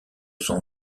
son